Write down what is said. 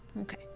Okay